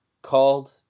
called